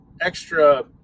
extra